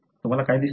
तुम्हाला काय दिसते